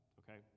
okay